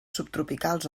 subtropicals